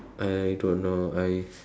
I don't know I